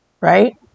right